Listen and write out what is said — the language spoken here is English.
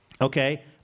okay